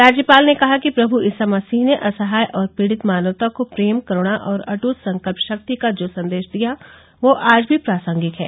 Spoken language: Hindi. राज्यपाल ने कहा कि प्रमु ईसा मसीह ने असहाय और पीड़ित मानवता को प्रेम करूणा और अट्ट संकल्प शक्ति का जो संदेश दिया वह आज भी प्रासंगिक है